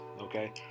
okay